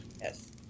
Yes